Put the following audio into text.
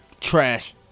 Trash